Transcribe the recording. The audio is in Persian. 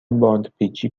باندپیچی